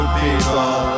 people